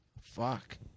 Fuck